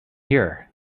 here